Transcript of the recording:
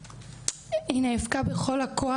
היא נאבקה בכל הכוח,